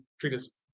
treatise